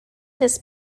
this